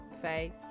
Faye